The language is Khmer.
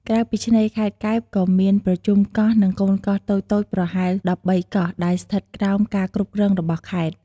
ក្រៅពីឆ្នេរ ខេត្តកែបក៏មានប្រជុំកោះ និងកូនកោះតូចៗប្រហែល ១៣ កោះ ដែលស្ថិតក្រោមការគ្រប់គ្រងរបស់ខេត្ត។